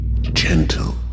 Gentle